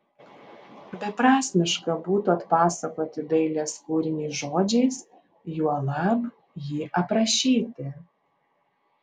beprasmiška būtų atpasakoti dailės kūrinį žodžiais juolab jį aprašyti